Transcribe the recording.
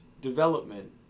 development